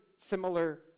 similar